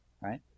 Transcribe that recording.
Right